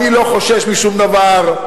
אני לא חושש משום דבר,